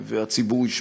והציבור ישפוט.